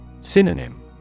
Synonym